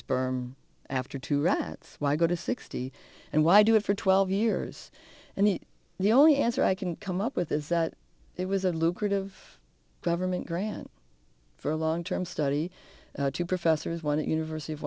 sperm after two rats why go to sixty and why do it for twelve years and the only answer i can come up with is that it was a lucrative government grant for a long term study two professors one at university of